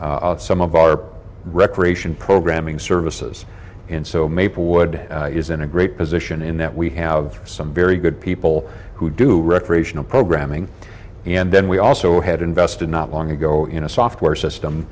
share some of our recreation programming services in so maplewood is in a great position in that we have some very good people who do recreational programming and then we also had invested not long ago in a software system